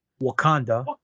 Wakanda